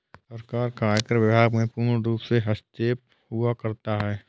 सरकार का आयकर विभाग में पूर्णरूप से हस्तक्षेप हुआ करता है